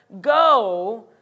go